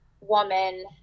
woman